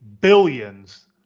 billions